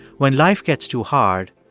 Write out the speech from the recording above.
when life gets too hard,